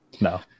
No